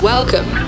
Welcome